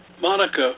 Monica